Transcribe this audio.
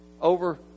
over